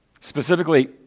Specifically